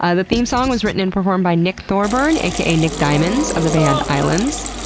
ah the theme song was written and performed by nick thorburn, aka nick diamond, of the band islands.